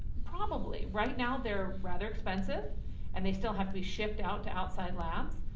probably, right now they're rather expensive and they still have to be shipped out to outside labs.